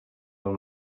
del